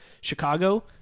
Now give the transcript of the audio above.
Chicago